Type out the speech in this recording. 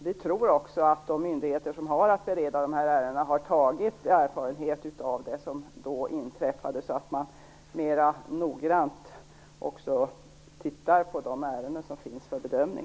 Vi tror att de myndigheter som har att bereda dessa ärenden har dragit lärdom av det inträffade, så att de mer noggrant går igenom de ärenden som skall bedömas.